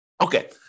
Okay